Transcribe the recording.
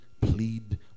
plead